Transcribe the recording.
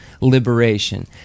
liberation